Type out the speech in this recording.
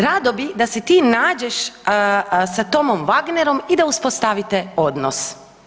Rado bi da si ti nađeš sa Tomom Vagnerom i da uspostavite odnos.